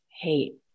hate